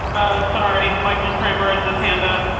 sorry, michael kramer is his hand up.